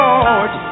Lord